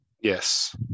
Yes